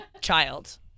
child